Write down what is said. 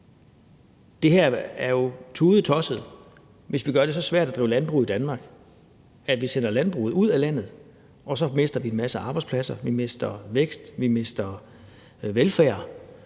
det her er jo tudetosset. Hvis vi gør det så svært at drive landbrug i Danmark, at vi sender landbruget ud af landet, så mister vi en masse arbejdspladser, vi mister vækst, og vi mister velfærd.